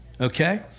okay